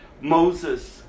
Moses